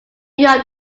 your